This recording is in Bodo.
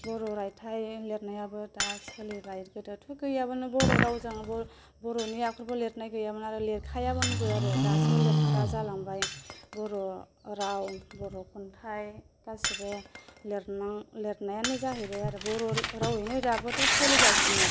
बर' रायथाय लिरनायाबो दा सोलिबाय गोदोथ' गैयामोननो बर' रावजों बर'नि आखरबो लिरनाय गैयामोन आरो लिरखायामोनबो आरो दासो लिरग्रा जालांबाय बर' राव बर' खन्थाइ गासैबो लिरनायानो जाहैबाय आरो बर' रावैनो दाबोथ' सोलिगासिनो